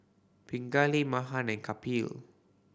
Pingali Mahan and Kapil